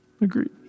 Agreed